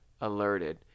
alerted